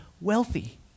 wealthy